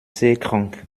seekrank